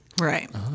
Right